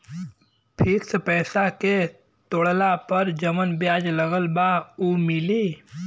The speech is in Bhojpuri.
फिक्स पैसा के तोड़ला पर जवन ब्याज लगल बा उ मिली?